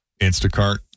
Instacart